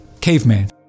caveman